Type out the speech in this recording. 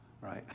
right